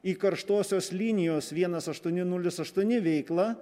į karštosios linijos vienas aštuoni nulis aštuoni veiklą